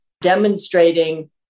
demonstrating